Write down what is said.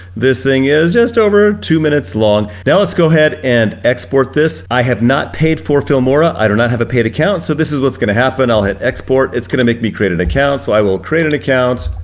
this thing is just over two minutes long. now let's go ahead and export this, i have not paid for filmora, i do not have a paid account. so this is what's gonna happen. i'll hit export, it's gonna make me create an account, so i will create an account,